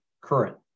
current